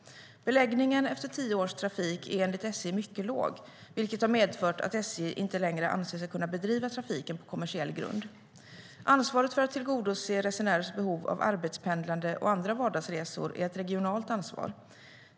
Beläggningen efter tio års trafik är enligt SJ mycket låg, vilket har medfört att SJ inte längre anser sig kunna bedriva trafiken på kommersiell grund. Ansvaret för att tillgodose resenärers behov av arbetspendlande och andra vardagsresor är ett regionalt ansvar.